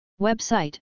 Website